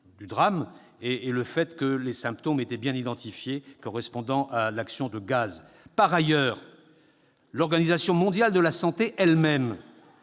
du drame : les symptômes, qui étaient bien identifiés, correspondaient à l'action de gaz. Par ailleurs, l'Organisation mondiale de la santé, elle-même,